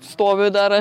stovi dar